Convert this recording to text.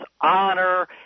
honor